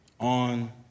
On